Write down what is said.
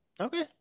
Okay